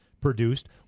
produced